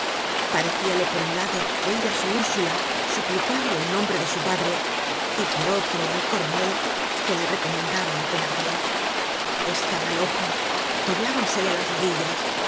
crimen parecíale por un lado oir á su ursula suplicarle en nombre de su padre y por otro al coronel que le recomendaba á thenardier estaba loco doblábansele las rodillas